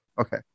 Okay